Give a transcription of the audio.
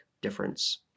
Difference